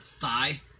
thigh